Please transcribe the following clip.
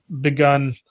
begun